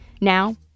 Now